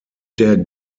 der